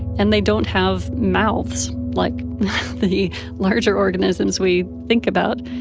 and they don't have mouths like the larger organisms we think about.